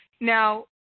Now